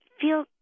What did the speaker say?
feel